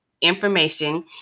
information